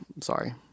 sorry